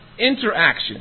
interaction